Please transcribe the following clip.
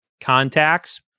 contacts